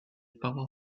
paroi